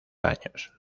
años